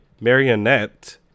marionette